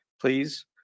Please